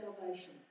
salvation